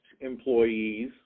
employees